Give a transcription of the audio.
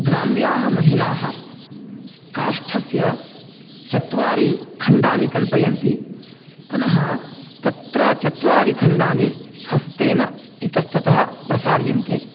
ग्राम्याः महिलाः काष्ठस्य चत्वारि खण्डानि कल्पयन्ति पुनः तत्र चत्वारि खण्डानि हस्तेन इतस्ततः प्रसार्यन्ते